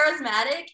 charismatic